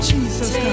Jesus